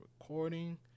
recording